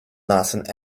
nothing